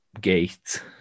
gate